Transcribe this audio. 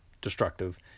destructive